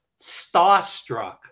starstruck